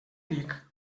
dic